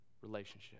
Relationship